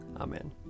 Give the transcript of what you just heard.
Amen